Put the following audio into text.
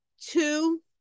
two